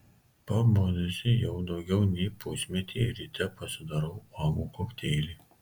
pabudusi jau daugiau nei pusmetį ryte pasidarau uogų kokteilį